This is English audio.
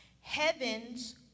Heaven's